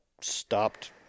stopped